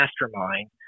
mastermind